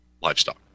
livestock